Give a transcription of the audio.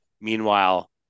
Meanwhile